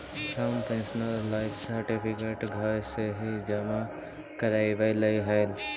हम pensioner life certificate घर से ही जमा करवइलिअइ हल